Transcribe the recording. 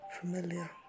familiar